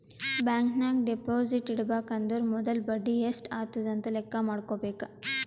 bank ನಾಗ್ deposit ಇಡಬೇಕ ಅಂದುರ್ ಮೊದುಲ ಬಡಿ ಎಸ್ಟ್ ಆತುದ್ ಅಂತ್ ಲೆಕ್ಕಾ ಮಾಡ್ಕೋಬೇಕ